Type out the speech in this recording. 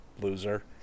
Loser